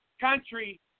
country